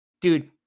dude